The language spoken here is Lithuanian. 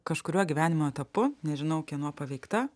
kažkuriuo gyvenimo etapu nežinau kieno paveikta